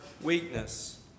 weakness